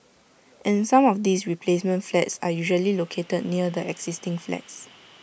and some of these replacement flats are usually located near the existing flats